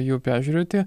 jų peržiūrėti